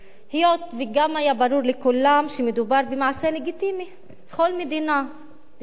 היות שגם היה ברור לכולם שמדובר במעשה לגיטימי בכל מדינה דמוקרטית,